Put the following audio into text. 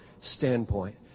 standpoint